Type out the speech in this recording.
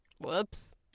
Whoops